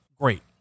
great